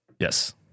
Yes